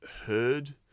heard